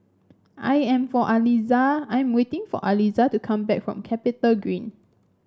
I am for Aliza I'm waiting for Aliza to come back from CapitaGreen